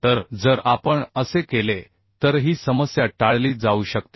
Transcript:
तर जर आपण असे केले तर ही समस्या टाळली जाऊ शकते